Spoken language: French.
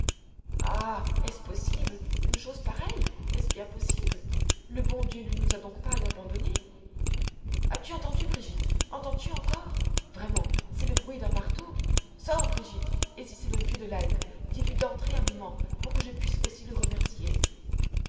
ah est-ce possible une chose pareille est-ce bien possible le bon dieu ne nous a donc pas abandonnés as-tu entendu brigitte entends-tu encore vraiment c'est le bruit d'un marteau sors brigitte et si c'est le vieux de l'alpe dis-lui d'entrer un moment pour que je puisse aussi le remercier